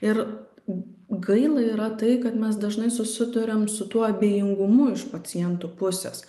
ir gaila yra tai kad mes dažnai susiduriam su tuo abejingumu iš pacientų pusės